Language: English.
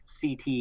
CT